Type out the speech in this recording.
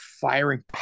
firing